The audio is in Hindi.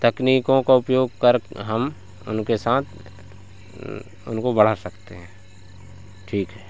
तकनीकों का उपयोग कर हम उनके साथ उनको बढ़ा सकते हैं ठीक है